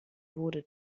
wurde